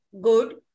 good